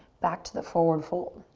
back to the forward fold.